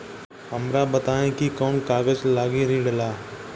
हमरा बताई कि कौन कागज लागी ऋण ला?